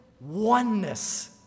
oneness